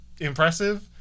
impressive